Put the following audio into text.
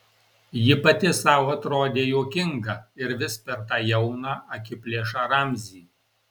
ji pati sau atrodė juokinga ir vis per tą jauną akiplėšą ramzį